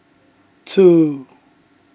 two